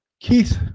Keith